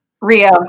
rio